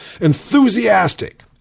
Enthusiastic